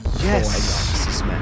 Yes